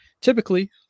Typically